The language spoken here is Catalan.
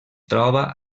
troba